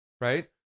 Right